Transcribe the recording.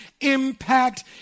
impact